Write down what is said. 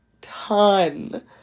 ton